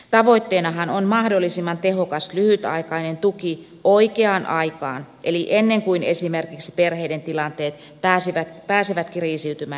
tavoitteenahan on mahdollisimman tehokas lyhytaikainen tuki oikeaan aikaan eli ennen kuin esimerkiksi perheiden tilanteet pääsevät kriisiytymään liiaksi